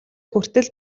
хүртэл